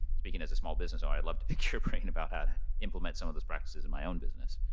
speaking as a small business owner i would love to pick your brain about how to implement some of these practices in my own business.